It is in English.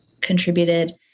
contributed